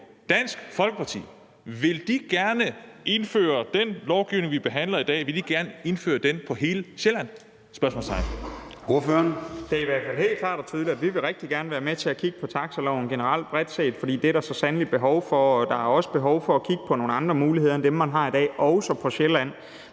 Dansk Folkeparti gerne indføre den lovgivning, vi behandler i dag, på hele Sjælland? Kl. 10:20 Formanden (Søren Gade): Ordføreren. Kl. 10:20 Nick Zimmermann (DF): Det er i hvert fald helt klart og tydeligt, at vi rigtig gerne vil være med til kigge på taxiloven generelt og bredt set. For det er der så sandelig behov for, og der er også behov for at kigge på nogle andre muligheder end dem, man har i dag, også på Sjælland.